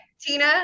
Tina